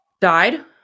died